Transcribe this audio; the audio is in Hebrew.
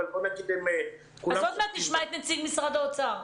אבל בואו נגיד -- אז עוד מעט נשמע את משרד האוצר.